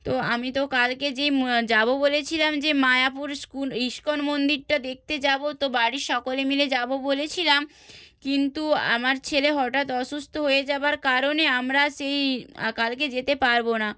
তো আমি তো কালকে যে যাব বলেছিলাম যে মায়াপুর ইস্কন মন্দিরটা দেখতে যাব তো বাড়ির সকলে মিলে যাব বলেছিলাম কিন্তু আমার ছেলে হঠাৎ অসুস্থ হয়ে যাওয়ার কারণে আমরা সেই কালকে যেতে পারব না